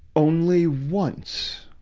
only once,